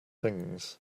things